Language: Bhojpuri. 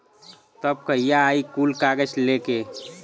तब कहिया आई कुल कागज़ लेके?